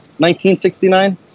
1969